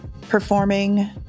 performing